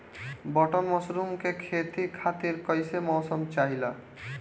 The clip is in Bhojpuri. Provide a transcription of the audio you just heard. बटन मशरूम के खेती खातिर कईसे मौसम चाहिला?